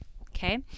Okay